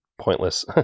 pointless